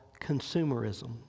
consumerism